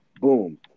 Boom